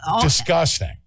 disgusting